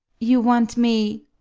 you want me?